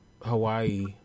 Hawaii